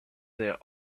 their